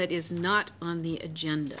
that is not on the agenda